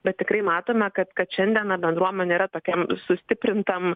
bet tikrai matome kad kad šiandieną bendruomenė yra tokia sustiprintam